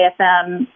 AFM